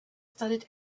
studied